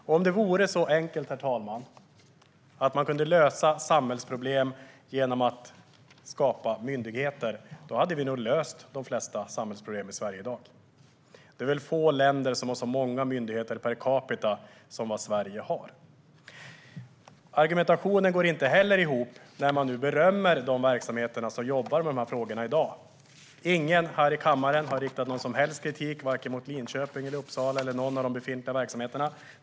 Om det vore så enkelt, herr talman, att man kunde lösa samhällsproblem genom att skapa myndigheter hade vi nog löst de flesta samhällsproblem i Sverige i dag. Det är väl få länder som har så många myndigheter per capita som Sverige. Argumentationen går inte heller ihop när man nu berömmer de verksamheter som jobbar med dessa frågor i dag. Ingen här i kammaren har riktat någon som helst kritik mot vare sig Linköping, Uppsala eller någon av de befintliga verksamheterna.